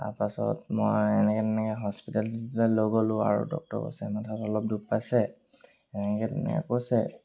তাৰপাছত মই এনেকৈ তেনেকৈ হস্পিতেল দি লৈ গ'লোঁ আৰু ডক্টৰ কৈছে মাথাত অলপ দুপ পাইছে এনেকৈ তেনেকৈ কৈছে